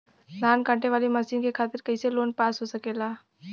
धान कांटेवाली मशीन के खातीर कैसे लोन पास हो सकेला?